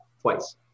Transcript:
twice